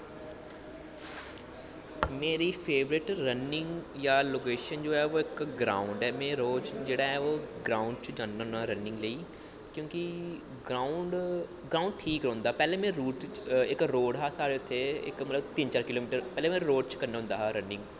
मेरी favourite running जां location जो ऐ ओह् इक ग्राउंड ऐ में रोज जेह्ड़ा ग्राउंड़ च जन्ना होना रनिंग लेई क्योंकि ग्राउंड़ ठीक रौंह्दा पैह्लें में इक रोड़ हा साढ़े इत्थै मतलब तिन्न चार किलो मीटर पैह्लें में रोड़ च करदा होंदा हा रनिंग